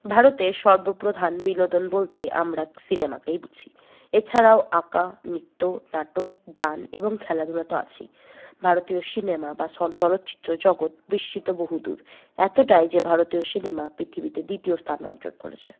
ভারতের সর্বপ্রধান বিনোদন বলতে আমরা সিনেমাকেই বুঝি এছাড়াও আঁকা নৃত্য নাটক গান এবং খেলাধূলা তো আছেই ভারতীয় সিনেমা বা চলচ্চিত্র জগৎ বিস্তৃত বহুদূর এতটাই যে ভারতীয় সিনেমা পৃথিবীতে দ্বিতীয় স্থান অর্জন করেছে